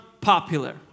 popular